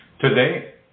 Today